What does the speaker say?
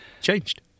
changed